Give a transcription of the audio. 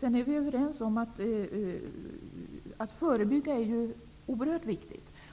Det är oerhört viktigt att förebygga. Det är vi överens